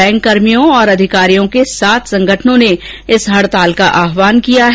bank कर्मियों और अधिकारियों के सात संगठनों ने इस हड़ताल का आहवान किया है